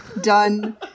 done